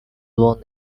won